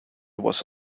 was